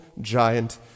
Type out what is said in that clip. giant